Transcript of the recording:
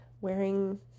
wearing